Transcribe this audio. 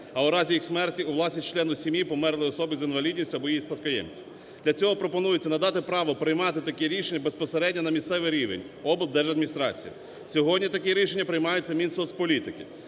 а в разі їх смерті – у власність члену сім'ї померлої особи з інвалідністю або її спадкоємцю. Для цього пропонується надати право приймати такі рішення безпосередньо на місцевий рівень, облдержадміністрації. Сьогодні такі рішення приймаються Мінсоцполітки.